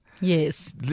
Yes